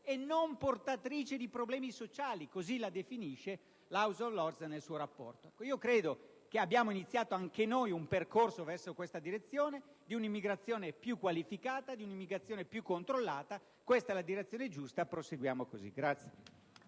e non portatrice di problemi sociali (così la definisce l'*House of Lords* nel suo rapporto). Credo che abbiamo iniziato anche noi un percorso verso la direzione di un'immigrazione più qualificata e più controllata. È la direzione giusta, e proseguiamo così.